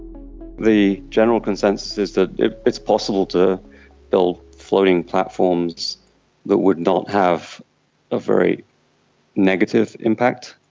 the general consensus is that it's possible to build floating platforms that would not have a very negative impact,